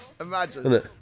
imagine